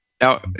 Now